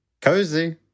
cozy